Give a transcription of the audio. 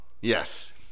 Yes